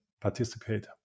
participate